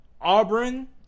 Auburn